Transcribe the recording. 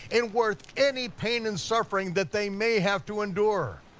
and worth any pain and suffering that they may have to endure.